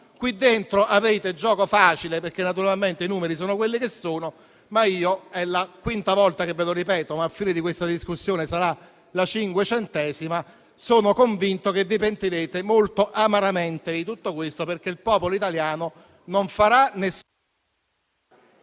Qui dentro avete gioco facile perché naturalmente i numeri sono quelli che sono. Ma sono convinto - anche se è la quinta volta che ve lo ripeto e alla fine di questa discussione sarà la cinquecentesima - che vi pentirete molto amaramente di tutto questo perché il popolo italiano non farà nessuna...